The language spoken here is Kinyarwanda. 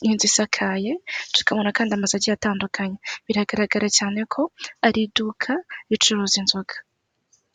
nk'inzu isakaye, tukabona kandi amazu agiye atandukanye biragaragara cyane ko ari iduka ricuruza inzoga.